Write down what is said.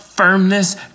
firmness